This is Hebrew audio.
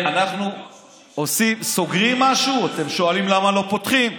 אנחנו סוגרים משהו, אתם שואלים למה לא פותחים.